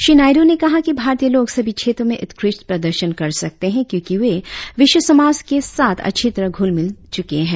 श्री नायडू ने कहा कि भारतीय लोग सभी क्षेत्रों में उत्कृष्ट प्रदर्शन कर सकते है क्योंकि वे विश्व समाज के साथ अच्छी तरह घुलमिल चुके है